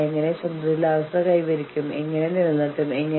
നിങ്ങൾ ഒരു സ്തംഭനാവസ്ഥയിൽ എത്തുന്നു